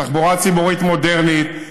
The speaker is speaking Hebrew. תחבורה ציבורית מודרנית,